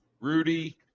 rudy